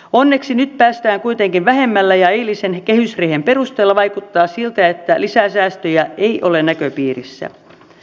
onneksi nyt päästään kuitenkin vähemmällä ja eilisen kehysriihen perusteella vaikuttaa siltä että lisäsäästöjä ei ole näköpiirissä